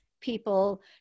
people